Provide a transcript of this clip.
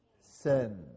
sin